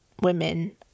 women